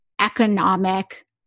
economic